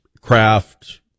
craft